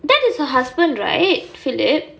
that is her husband right philip